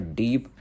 deep